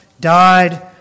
died